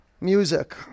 music